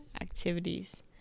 activities